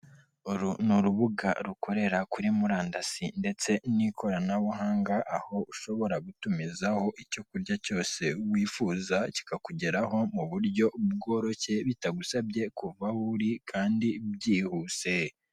Uru ni urubuga rukorera kuri murandasi ndetse n'ikoranabuhanga, aho ushobora gutumizaho icyo kurya cyose wifuza, kikakugeraho mu buryo bworoshye bitagusabye kuva uri kandi byihuse.